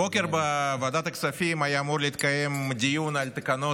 הבוקר בוועדת הכספים היה אמור להתקיים דיון על תקנות